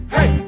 Hey